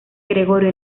gregorio